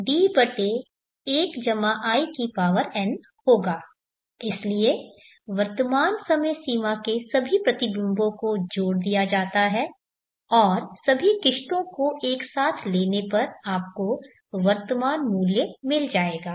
इसलिए वर्तमान समय सीमा के सभी प्रतिबिंबों को जोड़ दिया जाता है और सभी किश्तों को एक साथ लेने पर आपको वर्तमान मूल्य मिल जाएगा